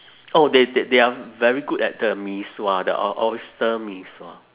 oh they they they are very good at the mee sua the oyster mee sua